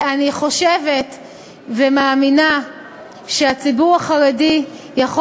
אני חושבת ומאמינה שהציבור החרדי יכול